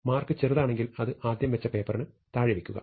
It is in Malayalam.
മാർക്ക് ചെറുതാണെങ്കിൽ അത് ആദ്യം വെച്ച പേപ്പറിന് താഴെ വയ്ക്കുക